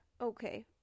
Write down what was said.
Okay